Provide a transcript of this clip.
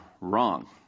wrong